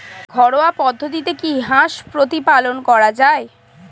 ঘরোয়া পদ্ধতিতে কি হাঁস প্রতিপালন করা যায়?